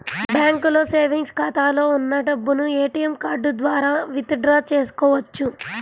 బ్యాంకులో సేవెంగ్స్ ఖాతాలో ఉన్న డబ్బును ఏటీఎం కార్డు ద్వారా విత్ డ్రా చేసుకోవచ్చు